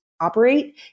operate